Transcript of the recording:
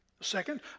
second